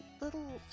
little